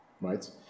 right